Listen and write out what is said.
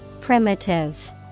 Primitive